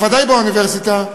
בוודאי באוניברסיטה,